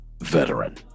veteran